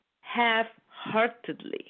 half-heartedly